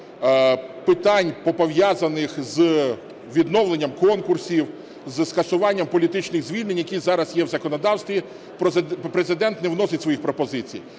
питань, пов'язаних з відновленням конкурсів, із скасування політичних звільнень, які зараз є в законодавстві, Президент не вносить своїх пропозицій,